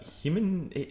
human